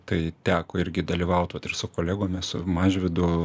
tai teko irgi dalyvaut vat ir su kolegomis su mažvydu